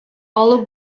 алып